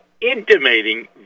intimating